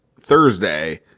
Thursday